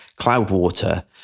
Cloudwater